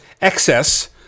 excess